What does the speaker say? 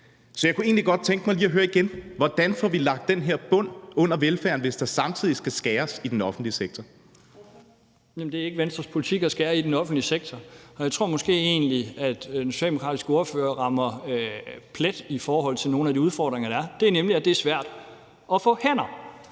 Så jeg kunne egentlig godt tænke mig lige at høre igen: Hvordan får vi lagt den her bund under velfærden, hvis der samtidig skal skæres i den offentlige sektor? Kl. 11:52 Tredje næstformand (Trine Torp): Ordføreren. Kl. 11:52 Torsten Schack Pedersen (V): Det er ikke Venstres politik at skære i den offentlige sektor, og jeg tror måske egentlig, at den socialdemokratiske ordfører rammer plet i forhold til nogle af de udfordringer, der er. Det er nemlig, at det er svært at få hænder.